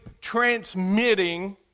transmitting